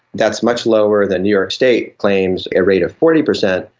that's much lower than new york state claims a rate of forty percent,